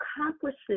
accomplishes